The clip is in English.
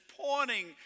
pointing